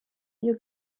you